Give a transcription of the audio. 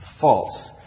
false